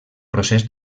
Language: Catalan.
procés